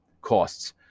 costs